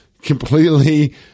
completely